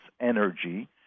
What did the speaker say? energy